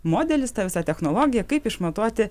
modelis ta visa technologija kaip išmatuoti